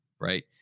right